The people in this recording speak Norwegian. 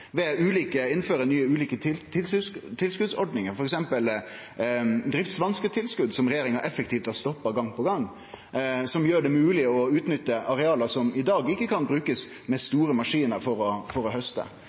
ved å innføre ulike nye tilskotsordningar, f.eks. driftsvansketilskot, som regjeringa effektivt har stoppa gong på gong, som gjer det mogleg å utnytte areal der ein i dag ikkje kan bruke store maskinar for å hauste,